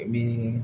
बे